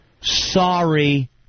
Sorry